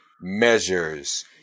measures